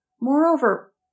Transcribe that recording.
Moreover